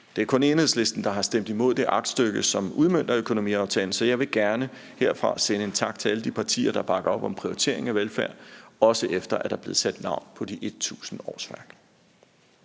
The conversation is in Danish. Det er kun Enhedslisten, der har stemt imod det aktstykke, som udmønter økonomiaftalen, så jeg vil gerne herfra sende en tak til alle de partier, der bakker op om prioriteringen af velfærd, også efter at der er blevet sat navne på de 1.000 årsværk.